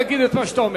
להגיד את מה שאתה אומר.